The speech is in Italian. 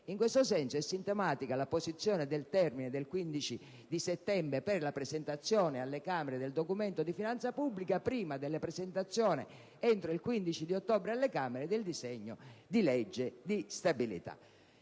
In questo senso è sintomatica l'apposizione del termine del 15 settembre per la presentazione alle Camere della Decisione di finanza pubblica, prima della presentazione, entro il 15 ottobre, alle Camere del disegno di legge di stabilità.